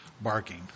barking